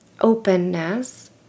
openness